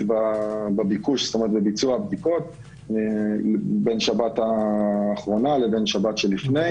בביקוש לביצוע בדיקות בין שבת האחרונה לשבת שלפני.